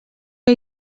que